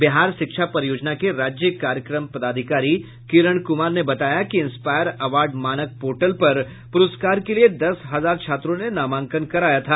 बिहार शिक्षा परियोजना के राज्य कार्यक्रम पदाधिकारी किरण कुमार ने बताया कि इंस्पायर अवार्ड मानक पोटर्ल पर पुरस्कार के लिए दस हजार छात्रों ने नामांकन कराया था